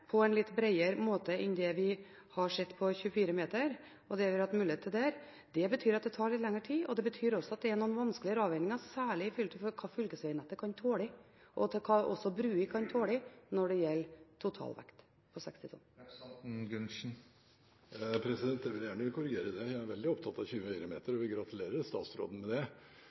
det gjelder 24 meter og det vi har hatt mulighet til der. Det betyr at det tar litt lenger tid, og det betyr også at det er noen vanskeligere avveininger, særlig med hensyn til hva fylkesvegnettet kan tåle, og også til hva bruer kan tåle når det gjelder totalvekt på 60 tonn. Jeg vil gjerne korrigere: Jeg er veldig opptatt av 24 meter, og vil gratulere statsråden med det.